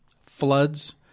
floods